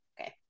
Okay